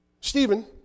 Stephen